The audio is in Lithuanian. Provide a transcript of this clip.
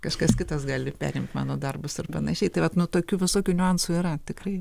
kažkas kitas gali perimt mano darbus ir panašiai tai vat nu tokių visokių niuansų yra tikrai